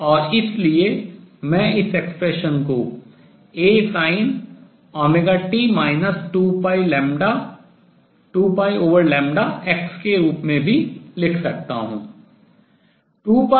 और इसलिए मैं इस expression व्यंजक को Asinωt 2πx के रूप में भी लिख सकता हूँ